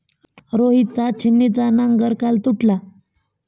रोहितचा छिन्नीचा नांगर काल तुटला